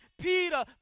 Peter